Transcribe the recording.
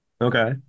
Okay